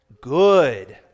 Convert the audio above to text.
good